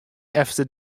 efter